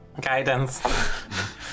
Guidance